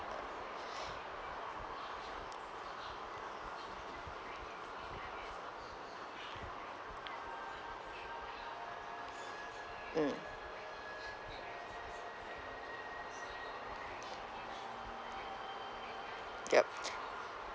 mm yup